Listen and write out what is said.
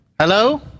Hello